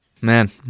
Man